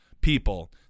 people